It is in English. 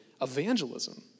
evangelism